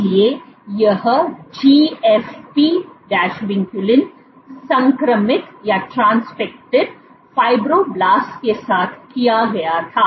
इसलिए यह GFP vinculin संक्रमित फाइब्रोब्लास्ट के साथ किया गया था